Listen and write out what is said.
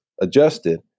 adjusted